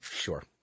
Sure